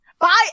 Bye